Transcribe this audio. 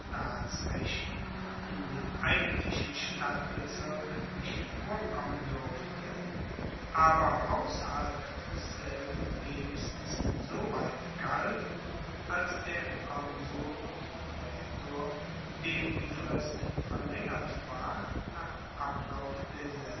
staatsrecht in dem eigentlichen stadtbezirk nicht vorkommen durfte aber ausserhalb desselben wenigstens insoweit galt als der konsul und praetor dem die frist verlaengert war nach ablauf